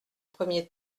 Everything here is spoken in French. premier